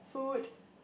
food